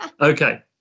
Okay